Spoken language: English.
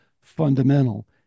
fundamental